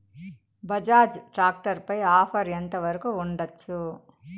Bajaj tractor పై offer ఎంత వరకు ఉండచ్చు?